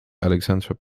alexandra